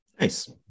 Nice